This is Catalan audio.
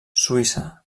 suïssa